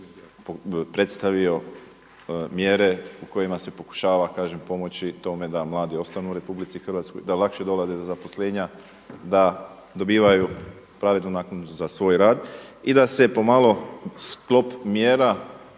predstavio mjere u kojima se pokušava pomoći tome da mladi ostanu u RH, da lakše dolaze do zaposlenja, da dobivaju pravednu naknadu za svoj rad i da se pomalo sklop mjera